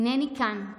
הינני כאן,